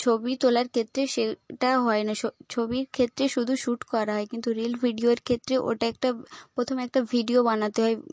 ছবি তোলার ক্ষেত্রে সেটা হয় না ছবির ক্ষেত্রে শুধু শ্যুট করা হয় কিন্তু রিল ভিডিওর ক্ষেত্রে ওটা একটা প্রথমে একটা ভিডিও বানাতে